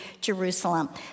Jerusalem